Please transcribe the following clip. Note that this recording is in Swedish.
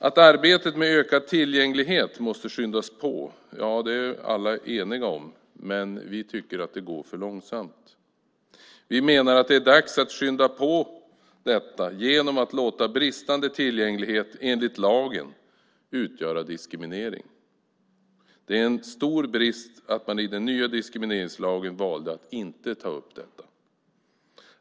Att arbetet med ökad tillgänglighet måste skyndas på är alla eniga om, men vi tycker att det går för långsamt. Vi menar att det är dags att skynda på detta genom att låta bristande tillgänglighet enligt lagen utgöra diskriminering. Det är en stor brist att man i den nya diskrimineringslagen valde att inte ta upp detta.